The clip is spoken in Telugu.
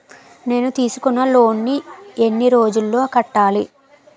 నేను తీసుకున్న లోన్ నీ ఎన్ని రోజుల్లో కట్టాలి?